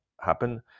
Happen